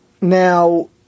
Now